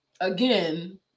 Again